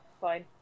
fine